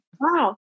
Wow